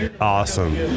awesome